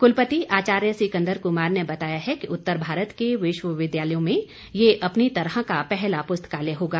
कुलपति आचार्य सिकंदर कुमार ने बताया है कि उत्तर भारत के विश्वविद्यालयों में ये अपनी तरह का पहला पुस्तकालय होगा